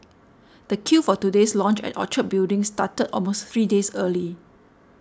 the queue for today's launch at Orchard Building started almost three days early